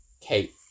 Kate